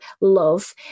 love